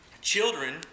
Children